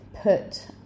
put